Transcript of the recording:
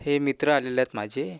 हे मित्र आलेले आहेत माझे